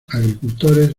agricultores